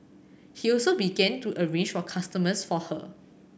he also began to arrange for customers for her